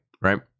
right